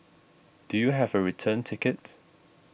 do you have a return ticket